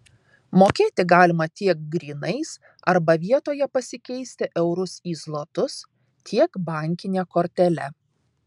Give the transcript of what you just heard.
mokėti galima tiek grynais arba vietoje pasikeisti eurus į zlotus tiek bankine kortele